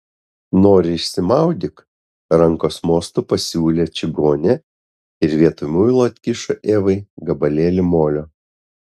nori išsimaudyk rankos mostu pasiūlė čigonė ir vietoj muilo atkišo evai gabalėlį molio